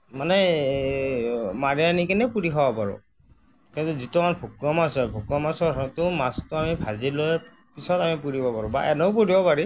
মানে মাৰি আনি কিনি পুৰি খাব পাৰোঁ সেইটো যিটো আমাৰ ভকুৱা মাছ হয় ভকুৱা মাছৰ হয়তো মাছটো আমি ভাজি লৈ পিছত আমি পুৰিব পাৰোঁ বা এনেও পুৰিব পাৰি